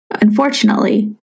Unfortunately